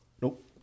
Nope